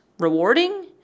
rewarding